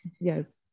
yes